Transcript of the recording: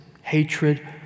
hatred